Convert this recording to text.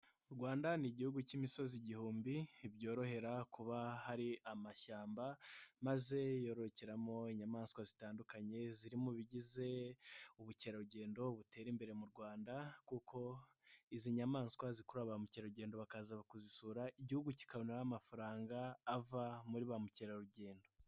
U Rwanda ni igihugu k'imisozi igihumbi ntibyorohera kuba hari amashyamba maze yorokeramo inyamaswa zitandukanye ziri mu bigize ubukerarugendo butera imbere mu rwanda kuko izi nyamaswa zikurura ba mukerarugendo bakaza kuzisura igihugu kikabonamo amafaranga ava muri ba mukerarugendo.